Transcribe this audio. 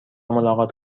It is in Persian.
ملاقات